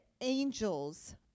angels